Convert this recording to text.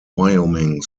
wyoming